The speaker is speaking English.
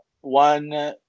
One